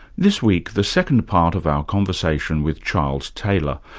this week, the second part of our conversation with charles taylor,